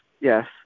yes